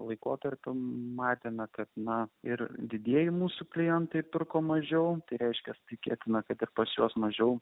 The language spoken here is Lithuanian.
laikotarpiu matėme kad na ir didieji mūsų klientai pirko mažiau reiškia tikėtina kad ir pačios mažiau